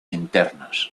internas